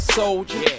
soldier